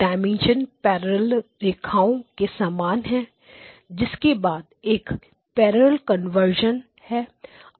dimension parallel रेखाओं के समान है जिसके बाद एक पैरेलल से सीरियल कन्वर्शन है